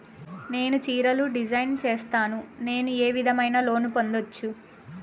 నేను చీరలు డిజైన్ సేస్తాను, నేను ఏ విధమైన లోను పొందొచ్చు